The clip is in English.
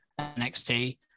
NXT